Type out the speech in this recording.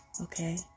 Okay